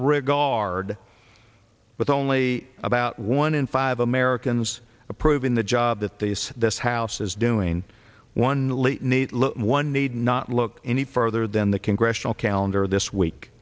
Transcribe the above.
regard with only about one in five americans approving the job that this this house is doing one late need one need not look any further than the congressional calendar this week